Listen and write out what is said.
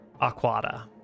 Aquata